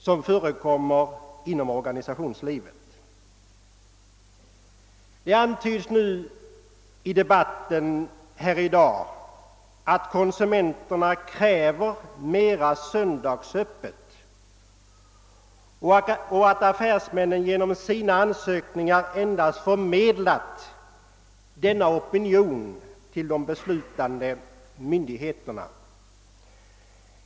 Det har antytts i denna debatt att konsumenterna kräver mera söndagsöppet och att affärsmännen genom sina ansökningar endast förmedlat denna opinion till de beslutande myndigheterna.